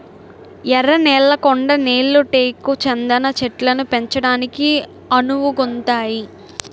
ఎర్ర నేళ్లు కొండ నేళ్లు టేకు చందనం చెట్లను పెంచడానికి అనువుగుంతాయి